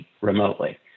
remotely